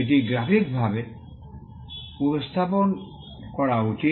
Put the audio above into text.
এটি গ্রাফিকভাবে উপস্থাপন করা উচিত